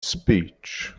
speech